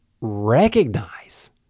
recognize